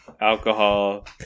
alcohol